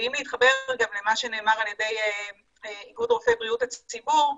ואם להתחבר גם למה שנאמר על ידי איגוד רופאי בריאות הציבור,